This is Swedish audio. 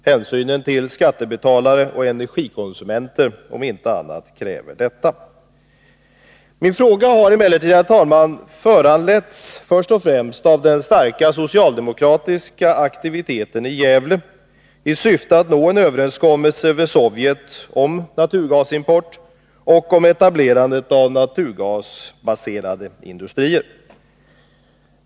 Hänsynen till skattebetalare och energikonsumenter, om inte annat, kräver detta. Min fråga har, herr talman, föranletts först och främst av den starka socialdemokratiska aktiviteten i Gävle kommun i syfte att nå en överenskommelse med Sovjet om naturgasimport och om etablerande av naturgasbaserade industrier.